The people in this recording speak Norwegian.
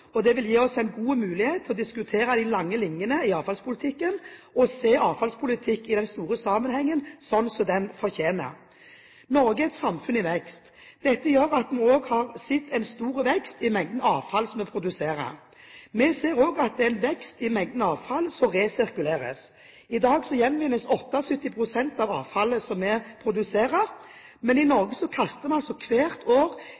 vil gi oss en god mulighet til å diskutere de lange linjene i avfallspolitikken og se avfallspolitikken i den store sammenhengen, slik den fortjener. Norge er et samfunn i vekst. Dette gjør at vi også har sett en stor vekst i mengden avfall vi produserer. Vi ser også at det er en vekst i mengden avfall som resirkuleres. I dag gjenvinnes 78 pst. av avfallet vi produserer. Men i Norge kaster vi altså hvert år